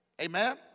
Amen